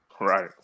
Right